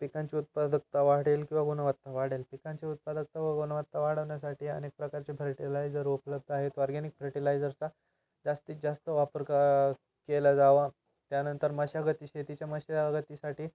पिकांची उत्पादकता वाढेल किंवा गुणवत्ता वाढेल पिकांचे उत्पादकता व गुणवत्ता वाढवण्यासाठी अनेक प्रकारचे फर्टिलायझर उपलब्ध आहेत ऑर्गॅनिक फर्टिलायझरचा जास्तीत जास्त वापर क केला जावा त्यानंतर मशागती शेतीच्या मशागतीसाठी